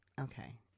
Okay